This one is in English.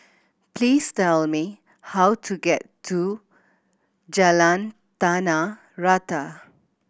please tell me how to get to Jalan Tanah Rata